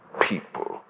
people